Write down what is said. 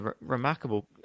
remarkable